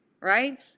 right